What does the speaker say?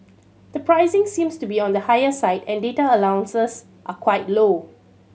the pricing seems to be on the higher side and data allowances are quite low